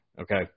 Okay